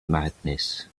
madness